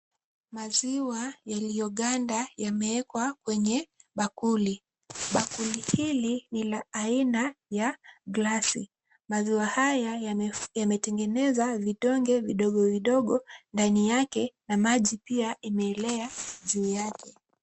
Maziwa yaliyoganda yameekwa kwenye bakuli. Bakuli hili ni la aina ya glasi. Maziwa haya yametengeneza vidonge vidogovidogo ndani yake, na maji pia imeelea juu yake.